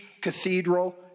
cathedral